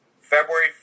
February